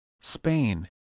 Spain